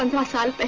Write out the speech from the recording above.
and my son.